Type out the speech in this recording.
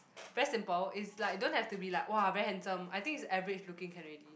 very simple it's like don't have to be like !wah! very handsome I think is average looking can already